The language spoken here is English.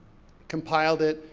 compiled it,